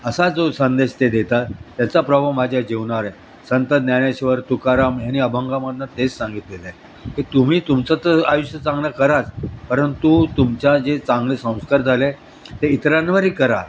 असा जो संदेश ते देतात याचा प्रभाव माझ्या जीवनावर आहे संत ज्ञानेश्वर तुकाराम ह्यानी अभंगामधून तेच सांगितलेलं आहे की तुम्ही तुमचं तर आयुष्य चांगलं कराच परंतु तुमच्या जे चांगले संस्कर झाले ते इतरांवरही करा